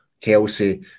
Kelsey